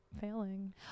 failing